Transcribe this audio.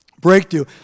Breakthrough